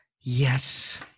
yes